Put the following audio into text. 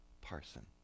parson